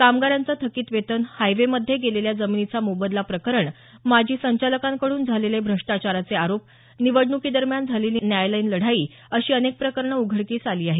कामगारांचं थकीत वेतन महामार्गामध्ये संपादित जमिनीचा मोबदला प्रकरण माजी संचालकांकडून झालेले भ्रष्टाचाराचे आरोप निवडणुकीदरम्यान झालेली न्यायालयीन लढाई अशी अनेक प्रकरणं उघडकीस आली आहेत